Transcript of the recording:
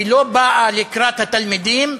היא לא באה לקראת התלמידים.